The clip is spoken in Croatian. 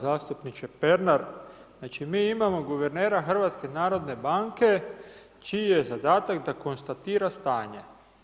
Zastupniče Pernar, znali mi imamo guvernera HNB-a čiji je zadatak da konstatira stanje.